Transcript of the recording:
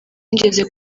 nigeze